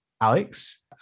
Alex